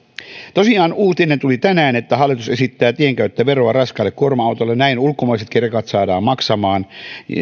tosiaan tänään tuli uutinen että hallitus esittää tienkäyttöveroa raskaille kuorma autoille näin ulkomaisetkin rekat saadaan maksamaan